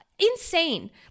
Insane